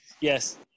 Yes